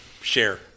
share